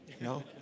No